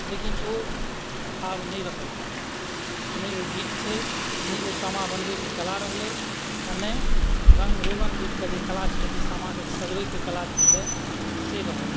लेकिन ओ आब नहि रहल नहि ओ गीत छै नहि ओ सामा बनबैके कला रहलै आ नहि रङ्ग रोगन जे करैके जे कला छलै जे सामाके सजबैके कला जे छलै से रहल